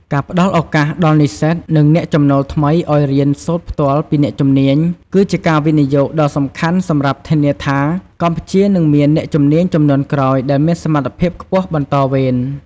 ការផ្តល់ឱកាសដល់និស្សិត និងអ្នកចំណូលថ្មីឱ្យរៀនសូត្រផ្ទាល់ពីអ្នកជំនាញ គឺជាការវិនិយោគដ៏សំខាន់សម្រាប់ធានាថា កម្ពុជានឹងមានអ្នកជំនាញជំនាន់ក្រោយដែលមានសមត្ថភាពខ្ពស់បន្តវេន។